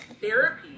therapy